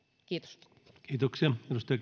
kiitos